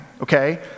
okay